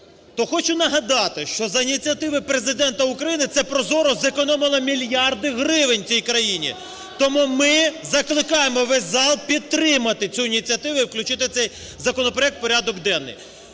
хочу нагадати, що за ініціативи Президента України це ProZorro зекономило мільярди гривень цій країні. Тому ми закликаємо весь зал підтримати цю ініціативу і включити цей законопроект в порядок денний.